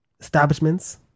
establishments